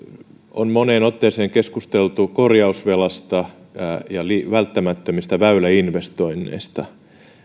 on moneen otteeseen keskusteltu korjausvelasta ja välttämättömistä väyläinvestoinneista